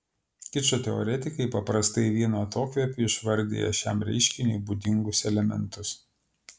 kičo teoretikai paprastai vienu atokvėpiu išvardija šiam reiškiniui būdingus elementus